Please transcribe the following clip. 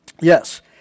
yes